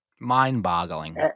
mind-boggling